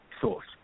source